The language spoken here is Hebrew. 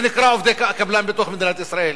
שנקרא "עובדי קבלן בתוך מדינת ישראל",